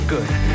good